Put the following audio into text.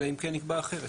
אלא אם כן נקבע אחרת.